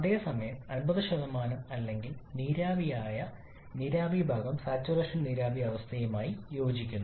അതേസമയം 50 അല്ലെങ്കിൽ നീരാവി ആയ നീരാവി ഭാഗം സാച്ചുറേഷൻ നീരാവി അവസ്ഥയുമായി യോജിക്കുന്നു